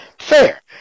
fair